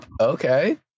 Okay